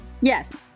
Yes